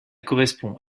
correspond